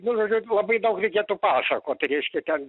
nu žodžiu labai daug reikėtų pasakot reiškia ten